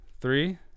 Three